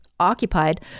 occupied